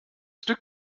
stück